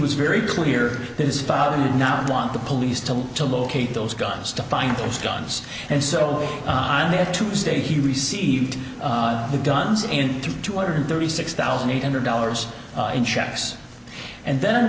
was very clear his father did not want the police to look to locate those guns to find those guns and so on that tuesday he received the guns into two hundred thirty six thousand eight hundred dollars in checks and then